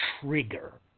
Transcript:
trigger